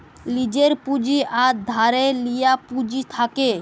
লীজের পুঁজি আর ধারে লিয়া পুঁজি থ্যাকে